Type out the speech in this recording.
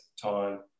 time